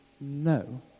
no